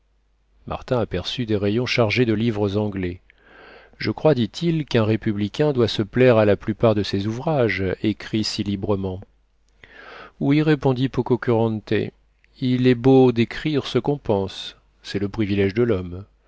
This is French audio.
martin aperçut des rayons chargés de livres anglais je crois dit-il qu'un républicain doit se plaire à la plupart de ces ouvrages écrits si librement oui répondit pococurante il est beau d'écrire ce qu'on pense c'est le privilège de l'homme